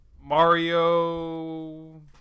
Mario